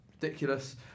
ridiculous